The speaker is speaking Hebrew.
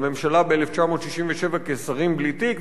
לממשלה ב-1967 כשרים בלי תיק,